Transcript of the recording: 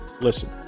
listen